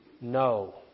no